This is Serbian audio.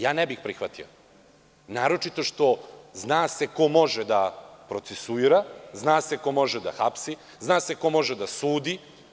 Ja ne bih prihvatio naročito što se zna ko može da procesuira, ko može da hapsi, ko može da sudi.